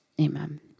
amen